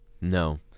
No